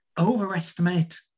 overestimate